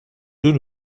deux